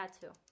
tattoo